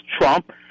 Trump